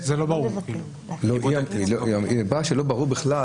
היא אמרה שלא ברור בכלל.